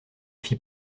fit